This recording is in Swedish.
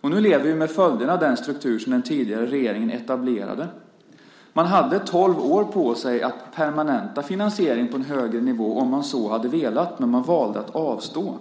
Nu lever vi med följderna av den struktur som den tidigare regeringen etablerade. Man hade tolv år på sig att permanenta finansieringen på en högre nivå om man så hade velat, men man valde att avstå.